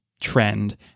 trend